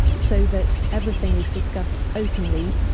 so that everything is discussed openly,